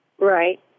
Right